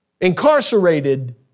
incarcerated